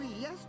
yes